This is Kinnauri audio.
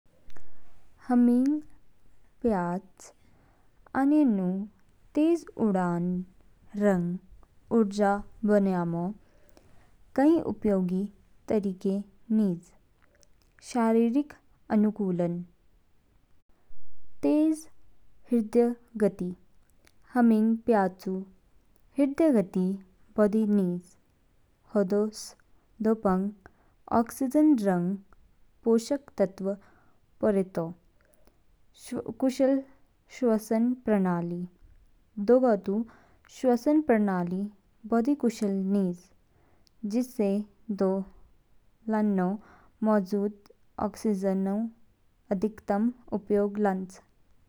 हुम्मिंग प्याचू आनू तेज़ उड़ान रंग ऊर्जा बन्यामो कई उपयोगी तरीके निज। शारीरिक अनुकूलन। तेज हृदय गति। हुम्मिंग प्याचू हृदय गति बोदी निज | होदोस दोपंग ऑक्सीजन रंग पोषक तत्व पोरेतो। कुशल श्वसन प्रणाली। दोगेतू श्वसन प्रणाली बोदी कुशल नीज, जिससे दो लानू मौजूद ऑक्सीजनऊ अधिकतम उपयोग लान्च।